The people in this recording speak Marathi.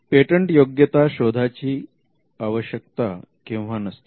पेटंटयोग्यता शोधाची आवश्यकता केव्हा नसते